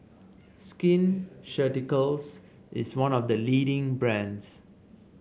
Skin Ceuticals is one of the leading brands